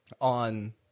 on